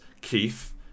Keith